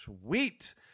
Sweet